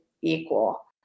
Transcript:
equal